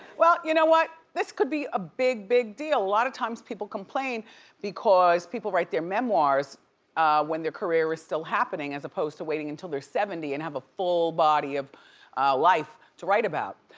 well you know what, this could be a big big deal. a lot of times people complain because people write their memoirs when their career is still happening as opposed to waiting until they're seventy and have a full body of life to write about.